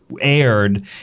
aired